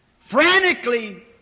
frantically